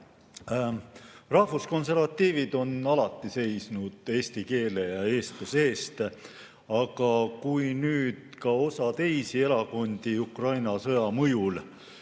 Rahvuskonservatiivid on alati seisnud eesti keele ja eestluse eest, aga kui nüüd ka osa teisi erakondi Ukraina sõja mõjul